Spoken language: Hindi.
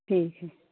ठीक है